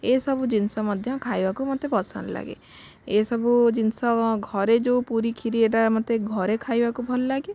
ଏସବୁ ଜିନିଷ ମଧ୍ୟ ଖାଇବାକୁ ମୋତେ ପସନ୍ଦ ଲାଗେ ଏସବୁ ଜିନିଷ ଘରେ ଯେଉଁ ପୁରୀ ଖିରି ଏଇଟା ମୋତେ ଘରେ ଖାଇବାକୁ ଭଲ ଲାଗେ